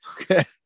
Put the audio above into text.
Okay